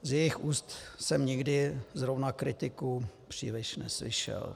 Z jejich úst jsem nikdy zrovna kritiku příliš neslyšel.